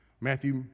Matthew